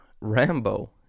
Rambo